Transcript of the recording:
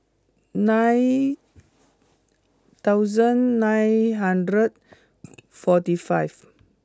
nine thousand nine hundred forty five